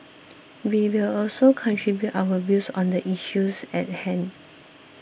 we will also contribute our views on the issues at hand